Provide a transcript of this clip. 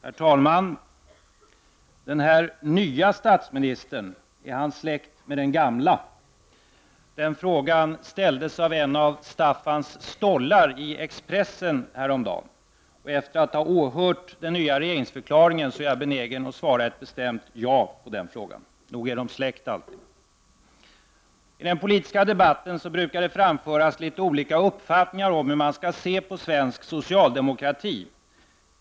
Herr talman! Den här nye statsministern, är han släkt med den gamla? Den frågan ställdes av en av Staffans stollar i Expressen häromdagen. Efter att ha åhört den nya regeringsförklaringen är jag benägen att svara ett bestämt ja på den frågan. Nog är de släkt, alltid! I den politiska debatten brukar det framföras litet olika uppfattningar om hur man skall se på svensk socialdemokrati.